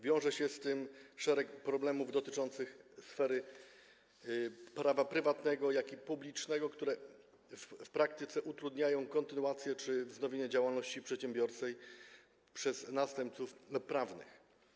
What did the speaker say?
Wiąże się z tym szereg problemów dotyczących sfery prawa prywatnego, jak również publicznego, które w praktyce utrudniają kontynuację czy wznowienie działalności przedsiębiorczej przez następców prawnych.